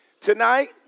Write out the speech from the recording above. tonight